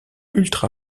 ultra